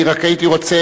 אני רק הייתי רוצה,